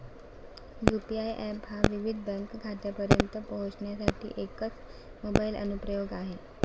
UPI app हा विविध bank खात्यांपर्यंत पोहोचण्यासाठी एकच मोबाइल अनुप्रयोग आहे